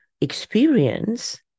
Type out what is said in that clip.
experience